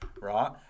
right